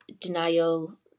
denial